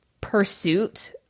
pursuit